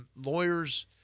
lawyers